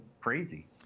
crazy